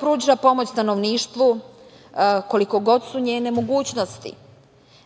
pruća pomoć stanovništvu koliko god su njene mogućnosti.